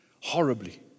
horribly